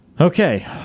Okay